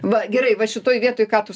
va gerai va šitoj vietoj ką tu